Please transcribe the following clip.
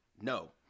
No